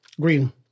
Green